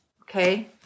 Okay